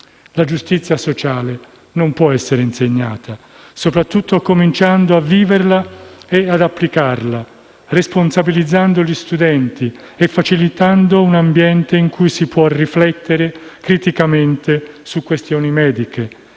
La giustizia sociale può essere insegnata, soprattutto cominciando a viverla e ad applicarla, responsabilizzando gli studenti e promuovendo un ambiente in cui si può riflettere criticamente su questioni mediche,